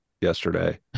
yesterday